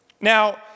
now